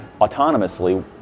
autonomously